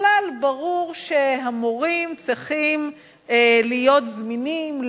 בכלל ברור שהמורים צריכים להיות זמינים,